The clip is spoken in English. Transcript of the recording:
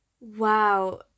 Wow